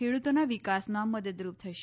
ખેડૂતોના વિકાસમાં મદદરૂપ થશે